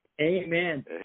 Amen